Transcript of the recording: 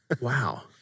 Wow